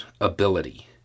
ability